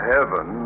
Heaven